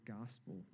gospel